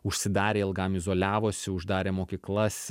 užsidarė ilgam izoliavosi uždarė mokyklas